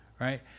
Right